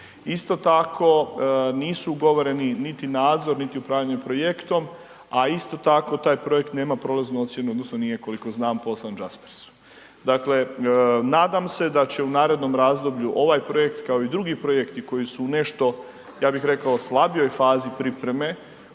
Isto tako nisu ugovoreni niti nadzor, niti upravljanje projektom, a isto tako taj projekt nema prolaznu ocjenu odnosno nije koliko znam poslan Jaspersu. Dakle, nadam se da će u narednom razdoblju ovaj projekt, kao i drugi projekti koji su u nešto, ja bih rekao u slabijoj fazi pripreme,